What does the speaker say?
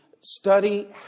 study